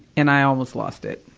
and i almost lost it.